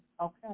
okay